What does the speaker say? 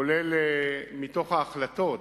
והוא כולל, מתוך ההחלטות,